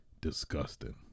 disgusting